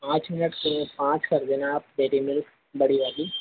पाँच मिनट के पाँच कर देना आप डेरी मिल्क बड़ी वाली